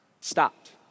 Stopped